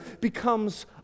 becomes